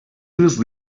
please